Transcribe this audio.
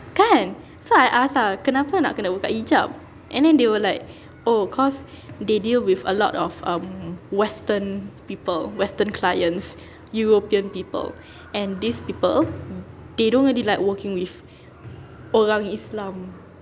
kan so I ask lah kenapa nak kena buka hijab and then they were like oh cause they deal with a lot of um western people western clients european people and these people they don't really like working with orang islam